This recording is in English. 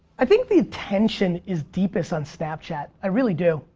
i think the attention is deepest on snapchat. i really do,